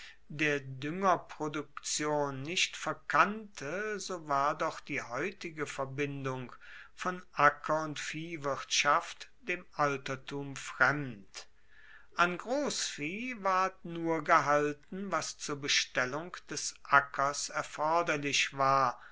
der duengerproduktion nicht verkannte so war doch die heutige verbindung von acker und viehwirtschaft dem altertum fremd an grossvieh ward nur gehalten was zur bestellung des ackers erforderlich war